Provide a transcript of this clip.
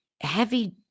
heavy